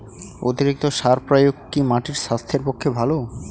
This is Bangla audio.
অতিরিক্ত সার প্রয়োগ কি মাটির স্বাস্থ্যের পক্ষে ভালো?